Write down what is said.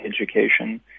education